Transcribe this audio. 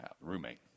roommate